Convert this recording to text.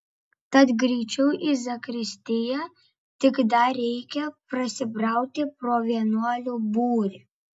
tad greičiau į zakristiją tik dar reikia prasibrauti pro vienuolių būrį